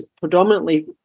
predominantly